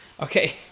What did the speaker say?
Okay